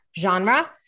genre